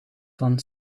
van